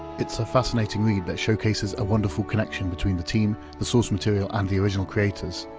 it's a fascinating read that showcases a wonderful connection between the team, the source material and the original creators,